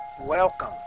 Welcome